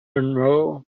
monroe